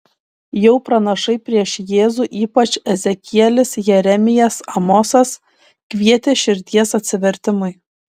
jau pranašai prieš jėzų ypač ezekielis jeremijas amosas kvietė širdies atsivertimui